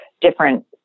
different